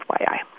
FYI